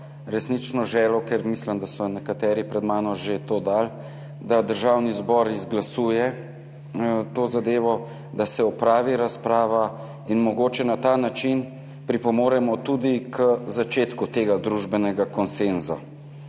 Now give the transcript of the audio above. resnično želel, ker mislim, da so nekateri pred mano že to dali, da Državni zbor izglasuje to zadevo, da se opravi razprava in mogoče na ta način pripomoremo tudi k začetku tega družbenega konsenza.